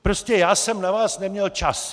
Prostě já jsem na vás neměl čas.